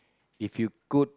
if you could